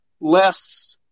less –